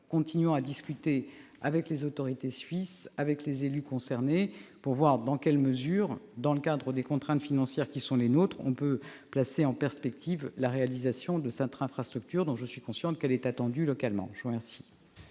Continuons à discuter avec les autorités suisses et les élus concernés pour voir dans quelle mesure, dans le cadre des contraintes financières qui sont les nôtres, nous pouvons envisager la réalisation de cette infrastructure dont je suis consciente qu'elle est attendue localement. La parole